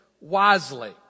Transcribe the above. wisely